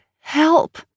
help